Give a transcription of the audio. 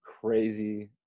crazy